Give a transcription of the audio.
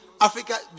Africa